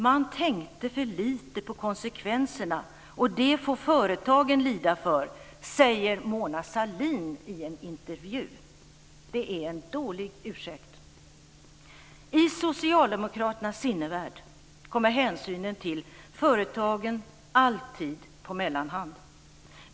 "Man tänkte för litet på konsekvenserna och det får företagen lida för", säger Mona Sahlin i en intervju. Det är en dålig ursäkt! I socialdemokraternas sinnevärld kommer hänsynen till företagen alltid på mellanhand.